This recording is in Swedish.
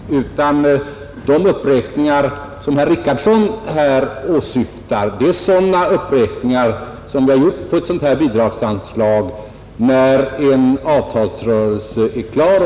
Herr talman! Jag har icke frångått någon praxis. De uppräkningar herr Richardson här åsyftar är sådana som gjorts på ett bidragsanslag när en avtalsrörelse är klar.